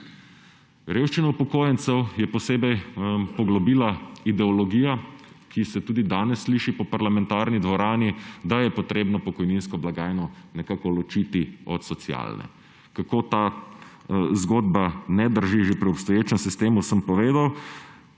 Revščino upokojencev je posebej poglobila ideologija, ki se tudi danes sliši po parlamentarni dvorani, da je treba pokojninsko blagajno nekako ločiti od socialne. Kako ta zgodba ne drži že pri obstoječem sistemu, sem povedal,